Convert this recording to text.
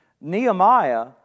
Nehemiah